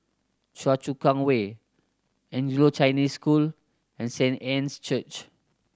Choa Chu Kang Way Anglo Chinese School and Saint Anne's Church